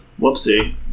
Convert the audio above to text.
Whoopsie